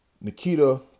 Nikita